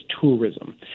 tourism